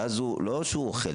ולא זה שהוא אוכל,